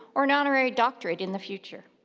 or an honorary doctorate in the future.